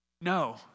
No